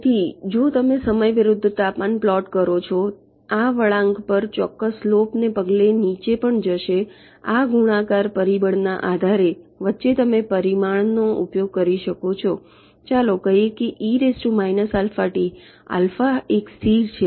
તેથી જો તમે સમય વિરુદ્ધ તાપમાન પ્લોટ કરો છો આ વળાંક પર ચોક્કસ સ્લોપ ને પગલે નીચે પણ જશે આ ગુણાકાર પરિબળના આધારે અને વચ્ચે તમે પરિમાણનો ઉપયોગ કરી શકો છો ચાલો કહીએ એક સ્થિર છે